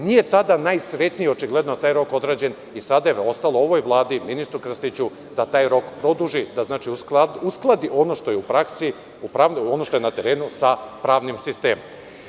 Nije tada najsrećnije, očigledno, taj rok odražen i sada je ostalo ovoj vladi, ministru Krstiću, da taj rok produži, da uskladi ono što je u praksi, ono što je na terenu sa pravnim sistemom.